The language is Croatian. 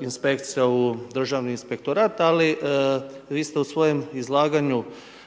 inspekcija u Državni inspektorat, ali vi ste u svojem izlaganju